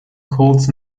colts